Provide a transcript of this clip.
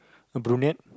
a brunet